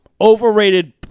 overrated